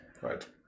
right